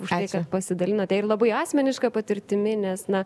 už tai kad pasidalinote ir labai asmeniška patirtimi nes na